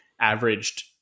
averaged